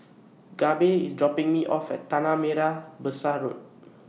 Gabe IS dropping Me off At Tanah Merah Besar Road